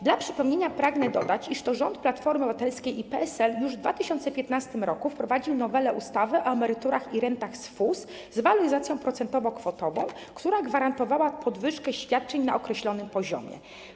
Dla przypomnienia pragnę dodać, iż to rząd Platformy Obywatelskiej i PSL już w 2015 r. wprowadził nowelę ustawy o emeryturach i rentach z FUS z waloryzacją procentowo-kwotową, która gwarantowała podwyżkę świadczeń na określonym poziomie.